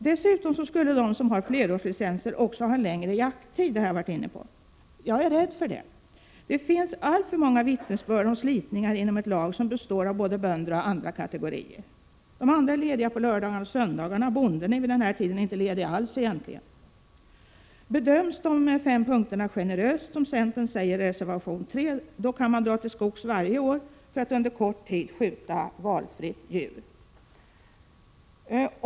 Dessutom skulle de som har flerårslicenser ha längre jakttid — jag har varit inne på detta. Jag är rädd för det. Det finns alltför många vittnesbörd om slitningar inom ett lag som består av både bönder och andra kategorier. De andra är lediga på lördagar och söndagar, och bonden är vid den här tiden egentligen inte ledig alls. Bedöms de fem punkterna generöst, som centern säger i reservation 3, kan man dra till skogs varje år för att under kort tid försöka skjuta valfritt djur.